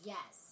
Yes